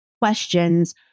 questions